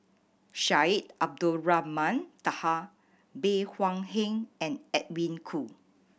Syed Abdulrahman Taha Bey Hua Heng and Edwin Koo